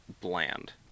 bland